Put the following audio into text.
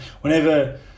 whenever